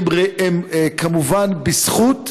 הן כמובן בזכות.